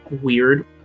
weird